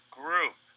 group